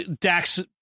Dax